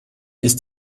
ist